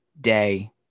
day